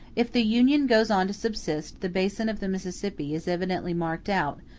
if the union goes on to subsist, the basin of the mississippi is evidently marked out,